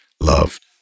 loved